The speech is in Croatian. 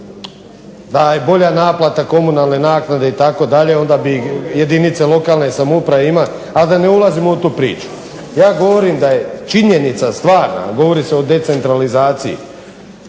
Da je bolja naplata komunalne naknade itd., onda bi jedinice lokalne samouprave, ali da ne ulazim u tu priču. Ja govorim da je činjenica stvarna, a govori se o decentralizaciji,